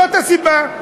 זאת הסיבה.